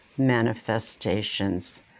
manifestations